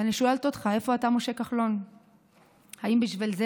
ואני שואלת אותך, איפה אתה, משה כחלון?